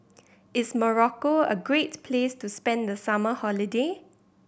is Morocco a great place to spend the summer holiday